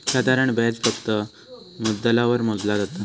साधारण व्याज फक्त मुद्दलावर मोजला जाता